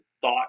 thought